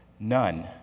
none